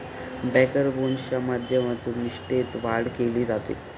banker बोनसच्या माध्यमातून निष्ठेत वाढ केली जाते